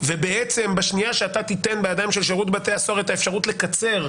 ובעצם בשנייה שאתה תיתן בידיים של שירות בתי הסוהר את האפשרות לקצר,